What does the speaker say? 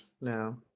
No